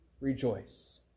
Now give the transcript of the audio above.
rejoice